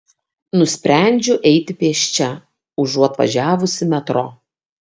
nusprendžiu eiti pėsčia užuot važiavusi metro